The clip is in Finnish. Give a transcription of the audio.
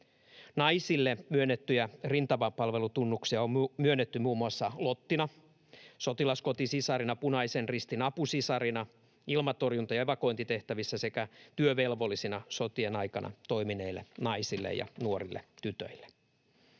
Naisille myönnettyjä rintamapalvelutunnuksia on myönnetty muun muassa lottina, sotilaskotisisarina, Punaisen Ristin apusisarina, ilmatorjunta‑ ja evakuointitehtävissä sekä työvelvollisina sotien aikana toimineille naisille ja nuorille tytöille.